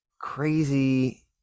crazy